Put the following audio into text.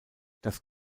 das